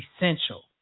essential